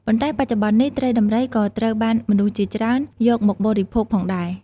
ប៉ុន្តែបច្ចុប្បន្ននេះ ត្រីដំរីក៏ត្រូវបានមនុស្សជាច្រើន យកមកបរិភោគផងដែរ។